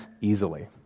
easily